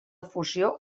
fusió